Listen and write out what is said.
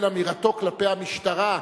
לכן אמירתו כלפי המשטרה,